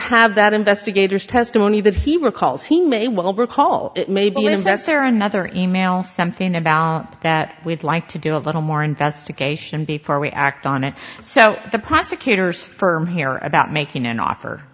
have that investigators testimony that he recalls he may well recall maybe if that's there another e mail something about that we'd like to do a little more investigation before we act on it so the prosecutor's firm here about making an offer